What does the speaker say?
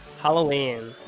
Halloween